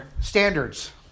standards